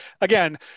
again